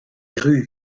ruz